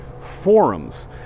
forums